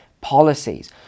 policies